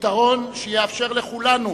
פתרון שיאפשר לכולנו